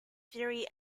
theory